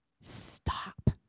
stop